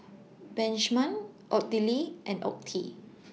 Benjman Odile and Ottie